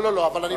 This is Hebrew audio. לא, אני מרשה.